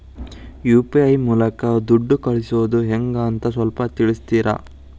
UPI ಮೂಲಕ ದುಡ್ಡು ಕಳಿಸೋದ ಹೆಂಗ್ ಅಂತ ಸ್ವಲ್ಪ ತಿಳಿಸ್ತೇರ?